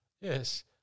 Yes